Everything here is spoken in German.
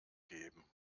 geben